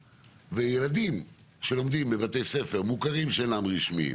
ילדים שלומדים בבתי ספר מוכרים שאינם רשמיים